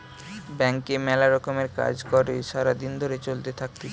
ব্যাংকে মেলা রকমের কাজ কর্ সারা দিন ধরে চলতে থাকতিছে